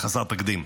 וחסר תקדים.